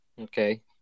Okay